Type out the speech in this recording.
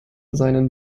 seinen